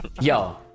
yo